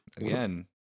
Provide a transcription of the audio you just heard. Again